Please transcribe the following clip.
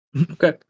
Okay